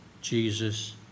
Jesus